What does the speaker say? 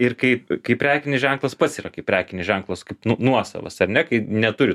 ir kai kai prekinis ženklas pats yra kaip prekinis ženklas kaip nuosavas ar ne kai neturi